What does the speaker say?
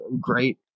great